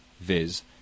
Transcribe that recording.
viz